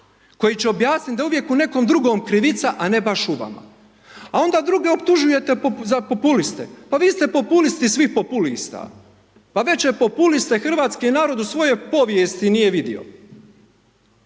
koji će objasniti da je uvijek u nekom drugom krivica, a ne baš u vama, a onda druge optužujete za populiste, pa vi ste populisti svih populista, pa veće populiste hrvatski narod u svojoj povijesti nije vidio.